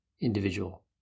individual